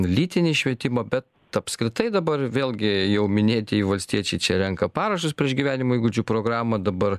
lytinį švietimą bet apskritai dabar vėlgi jau minėtieji valstiečiai čia renka parašus prieš gyvenimo įgūdžių programą dabar